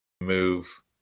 move